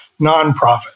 nonprofit